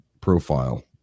profile